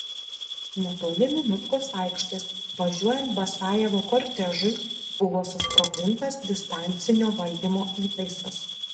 netoli minutkos aikštės važiuojant basajevo kortežui buvo susprogdintas distancinio valdymo įtaisas